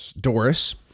Doris